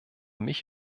mich